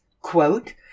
quote